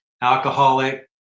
alcoholic